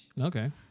Okay